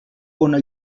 bona